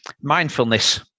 Mindfulness